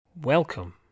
Welcome